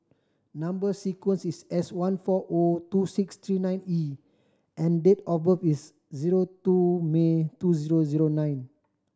number sequence is S one four O two six three nine E and date of birth is zero two May two zero zero nine